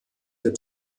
der